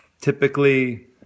typically